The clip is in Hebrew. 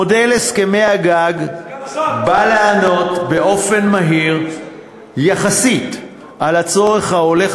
מודל הסכמי הגג בא לענות באופן מהיר יחסית על הצורך ההולך